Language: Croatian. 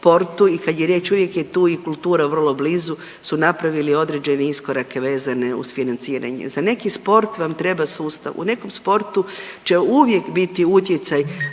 i kad je riječ uvijek je tu i kultura vrlo blizu su napravili određene iskorake vezane uz financiranje. Za neki sport vam treba sustav. U nekom sportu će uvijek biti utjecaj